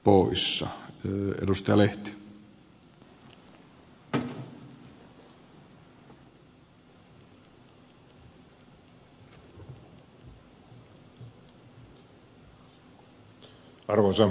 arvoisa herra puhemies